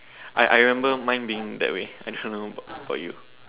I I remember mine being that way excellent book for you